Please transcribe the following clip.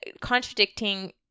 contradicting